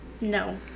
no